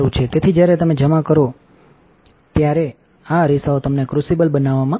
તેથી જ્યારે તમે જમા કરો ત્યારે આ અરીસાઓ તમને ક્રુસિબલ બનવામાં મદદ કરે છે